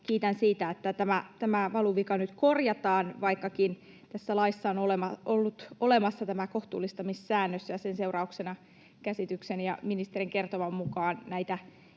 Kiitän siitä, että tämä valuvika nyt korjataan, vaikkakin tässä laissa on ollut olemassa tämä kohtuullistamissäännös, ja sen seurauksena käsitykseni ja ministerin kertoman mukaan näitä